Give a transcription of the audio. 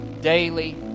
daily